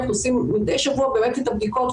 אנחנו עושים מדי שבוע את הבדיקות.